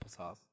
applesauce